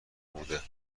بوده